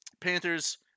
Panthers